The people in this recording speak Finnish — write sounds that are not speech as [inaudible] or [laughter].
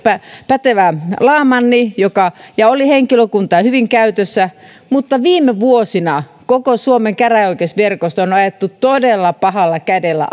pätevä laamanni ja oli henkilökuntaa hyvin käytössä mutta viime vuosina koko suomen käräjäoikeusverkosto on on ajettu todella pahalla kädellä [unintelligible]